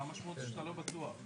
מה המשמעות שאתה לא בטוח?